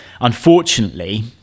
unfortunately